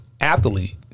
athlete